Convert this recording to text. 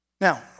Now